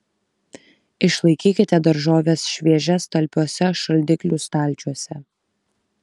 išlaikykite daržoves šviežias talpiuose šaldiklių stalčiuose